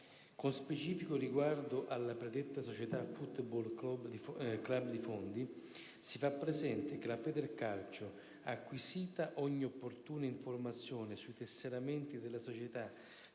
Con specifico riguardo alla predetta società "Football Club Fondi", si fa presente che la Federcalcio, acquisita ogni opportuna informazione sui tesseramenti della società